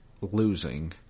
losing